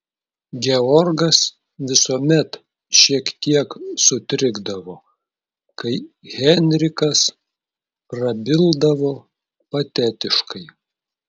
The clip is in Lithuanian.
georgas visuomet šiek tiek sutrikdavo kai heinrichas prabildavo patetiškai